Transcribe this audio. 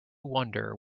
wonder